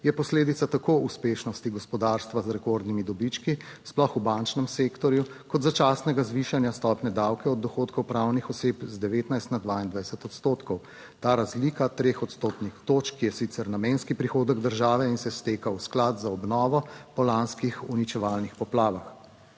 je posledica tako uspešnosti gospodarstva z rekordnimi dobički, sploh v bančnem sektorju, kot začasnega zvišanja stopnje davka od dohodkov **23. TRAK: (NB) – 10.50** (Nadaljevanje) pravnih oseb z 19 na 22 odstotkov. Ta razlika treh odstotnih točk je sicer namenski prihodek države in se steka v sklad za obnovo. Po lanskih uničevalnih poplavah.